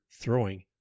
throwing